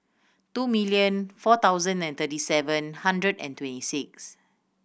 two million four thousand and thirty seven hundred and twenty six